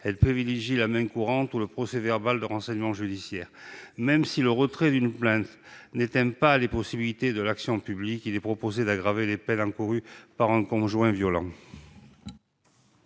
Elle privilégie bien souvent la main courante ou le procès-verbal de renseignement judiciaire. Même si le retrait d'une plainte n'éteint pas les possibilités de l'action publique, il est proposé d'aggraver les peines encourues par un conjoint violent.